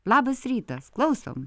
labas rytas klausom